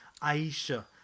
Aisha